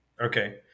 Okay